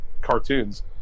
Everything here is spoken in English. cartoons